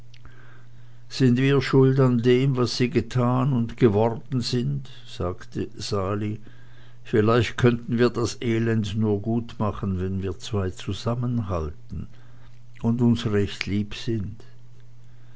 sind wir schuld an dem was sie getan und geworden sind sagte sali vielleicht können wir das elend nur gutmachen wenn wir zwei zusammenhalten und uns recht lieb sind